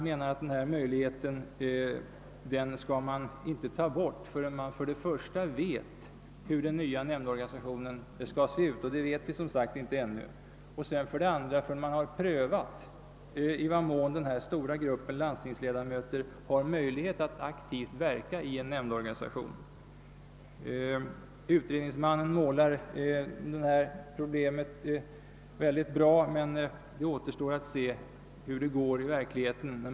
Denna garanti skall man inte ta bort förrän man för det första vet hur den nya nämndorganisationen skall se ut — det vet man som sagt inte ännu — och för det andra har prövat i vad mån den stora gruppen landstingsledamöter har möjlighet att aktivt verka i en nämndorganisation. Utredningsmannen målar en ljus bild av detta problem, men det återstår att se hur det går i verkligheten.